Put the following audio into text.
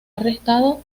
arrestado